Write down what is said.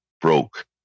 broke